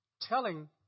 telling